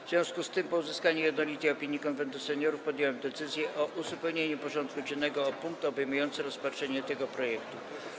W związku z tym, po uzyskaniu jednolitej opinii Konwentu Seniorów, podjąłem decyzję o uzupełnieniu porządku dziennego o punkt obejmujący rozpatrzenie tego projektu.